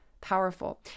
powerful